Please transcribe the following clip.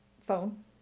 Phone